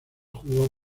jugó